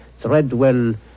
Threadwell